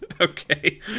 okay